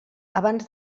abans